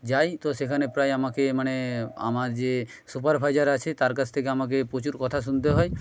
যাই তো সেখানে প্রায় আমাকে মানে আমার যে সুপারভাইজার আছে তার কাছ থেকে আমাকে প্রচুর কথা শুনতে হয়